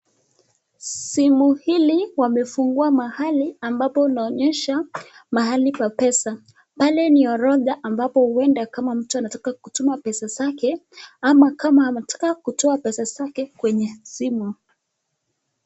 Simu hili wamefungua mahali ambapo unaonyesha mahali pa pesa. Pale ni orodha ambapo huenda kama mtu anataka kutuma pesa zake ama kama anataka kutoa pesa zake kwenye simu.